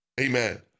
Amen